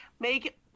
Make